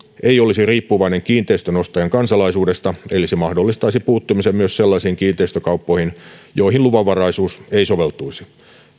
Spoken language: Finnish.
ei olisi riippuvainen kiinteistönostajan kansalaisuudesta eli se mahdollistaisi puuttumisen myös sellaisiin kiinteistökauppoihin joihin luvanvarausuus ei soveltuisi